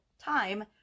time